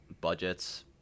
budgets